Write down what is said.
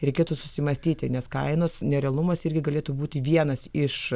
reikėtų susimąstyti nes kainos nerealumas irgi galėtų būti vienas iš